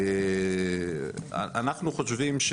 אנחנו חושבים,